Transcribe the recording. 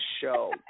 show